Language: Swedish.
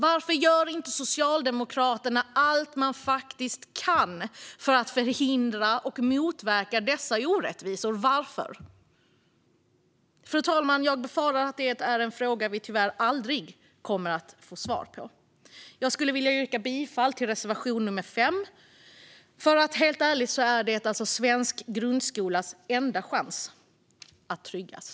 Varför gör inte Socialdemokraterna allt man faktiskt kan för att förhindra och motverka dessa orättvisor? Jag befarar, fru talman, att det är en fråga vi tyvärr aldrig kommer att få svar på. Jag yrkar bifall till reservation nummer 5. Helt ärligt är det svensk grundskolas enda chans att tryggas.